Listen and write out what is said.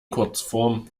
kurzform